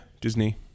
Disney